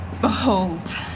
behold